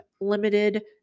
limited